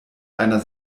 einer